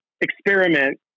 experiment